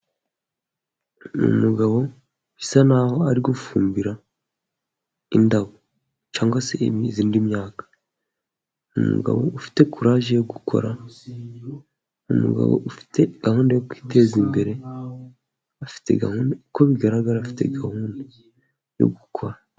Ni umugabo bisa n'aho ari gufumbira indabo, cyangwa se indi myaka. Ni umugabo ufite kuraje yo gukora, umugabo ufite gahunda yo kwiteza imbere, uko bigaragara afite gahunda yo gukora.